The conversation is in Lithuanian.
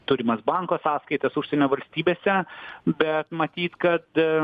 turimas banko sąskaitas užsienio valstybėse bet matyt kad